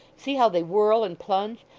see how they whirl and plunge.